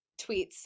Tweets